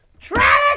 Travis